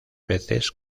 veces